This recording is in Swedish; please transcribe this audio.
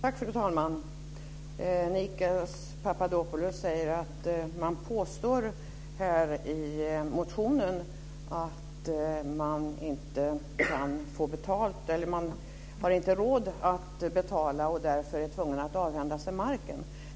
Fru talman! Nikos Papadopoulos säger att det i motionen påstås att man inte har råd att betala och därför är tvungen att avhända sig marken.